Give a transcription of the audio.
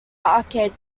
arcade